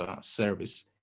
service